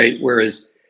Whereas